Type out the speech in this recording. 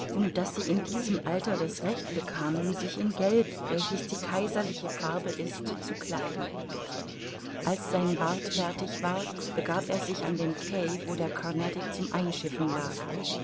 und daß sie in diesem alter das recht bekamen sich in gelb welches die kaiserliche farbe ist zu kleiden als sein bart fertig war begab er sich an den quai wo der carnatic zum einschiffen lag